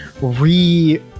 re